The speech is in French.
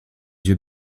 yeux